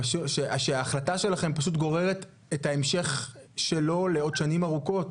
שההחלטה שלכם פשוט גוררת את ההמשך שלו לעוד שנים ארוכות.